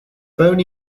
only